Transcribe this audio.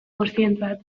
guztientzat